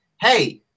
Hey